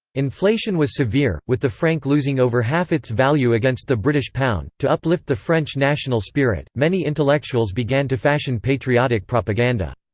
inflation was severe, with the franc losing over half its value against the british pound to uplift the french national spirit, many intellectuals began to fashion patriotic propaganda.